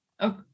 Okay